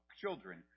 children